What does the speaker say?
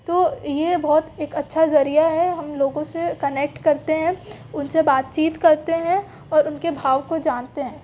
तो ये बहुत एक अच्छा ज़रिया है हम लोगों से कनेक्ट करते हैं उनसे बातचीत करते हैं और उनके भाव को जानते हैं